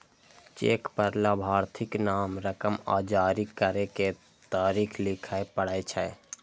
cheque पर लाभार्थीक नाम, रकम आ जारी करै के तारीख लिखय पड़ै छै